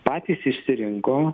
patys išsirinko